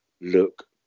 look